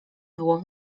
było